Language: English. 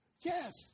Yes